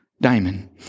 diamond